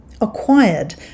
acquired